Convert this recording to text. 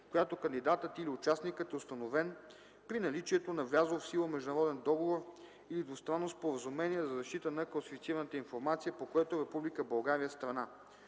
която кандидатът или участникът е установен, при наличието на влязъл в сила международен договор или двустранно споразумение за защита на класифицираната информация, по което Република